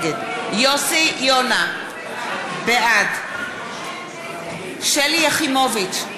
יוסי יונה, בעד שלי יחימוביץ,